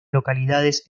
localidades